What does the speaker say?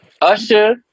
Usher